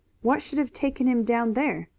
what should have taken him down there?